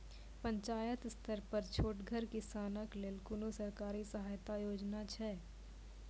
पंचायत स्तर पर छोटगर किसानक लेल कुनू सरकारी सहायता योजना छै?